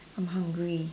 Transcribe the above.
I'm hungry